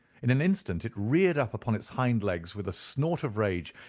in an instant it reared up upon its hind legs with a snort of rage,